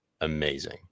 amazing